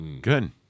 Good